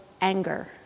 anger